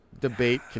debate